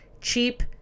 cheap